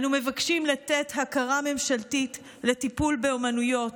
אנו מבקשים לתת הכרה ממשלתית לטיפול באומנויות.